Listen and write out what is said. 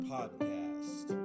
Podcast